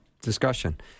discussion